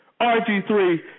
rg3